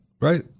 right